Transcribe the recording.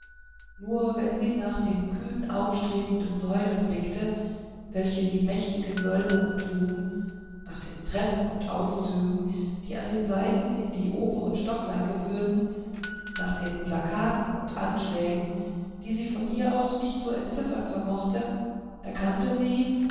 nur wenn sie nach den kühn aufstrebenden säulen blickte welche die mächtigen wölbungen trugen nach den treppen und aufzügen die an den seiten in die oberen stockwerke führten nach den plakaten und anschlägen die sie von hier aus nicht zu entziffern vermochte erkannte sie